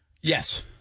Yes